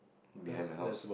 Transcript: behind my house